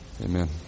Amen